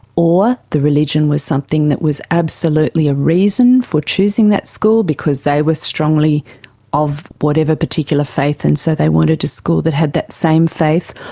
or the religion was something that was absolutely a reason for choosing that school because they were strongly of whatever particular faith and so they wanted a school that had that same faith,